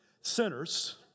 sinners